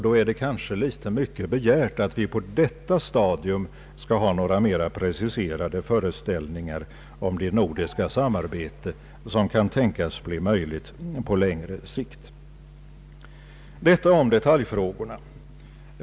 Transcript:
Då är det kanske litet för mycket begärt att vi på detta stadium skall ha några mer preciserade föreställningar om det nordiska samarbete som kan tänkas bli möjligt på längre sikt. Detta om detaljfrågorna.